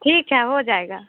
ठीक है हो जाएगा